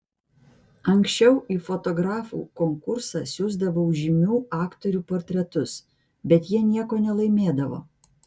anksčiau į fotografų konkursą siųsdavau žymių aktorių portretus bet jie nieko nelaimėdavo